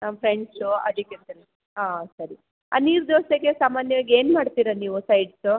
ಹಾಂ ಫ್ರೆಂಡ್ಸು ಅದಕ್ಕೆ ಸರಿ ಹಾಂ ಸರಿ ನೀರು ದೋಸೆಗೆ ಸಾಮಾನ್ಯವಾಗಿ ಏನು ಮಾಡ್ತೀರಾ ನೀವು ಸೈಡ್ಸು